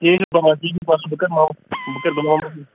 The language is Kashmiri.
کِہیٖنۍ چھُنہ پَرواے کِہیٖنۍ چھُنہٕ پَرواے بہٕ کَرٕ غۄلام محمدَس سۭتۍ